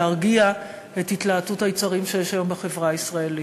להרגיע את התלהטות היצרים שיש היום בחברה הישראלית.